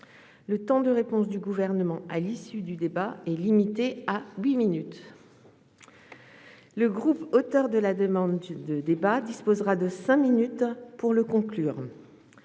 Le temps de réponse du Gouvernement à l'issue du débat est limité à huit minutes. Le groupe auteur de la demande de débat disposera de cinq minutes pour le conclure.